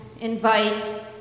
invite